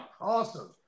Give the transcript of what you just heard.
awesome